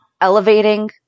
elevating